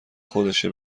خودشه